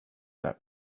that